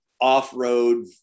off-road